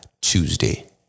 Tuesday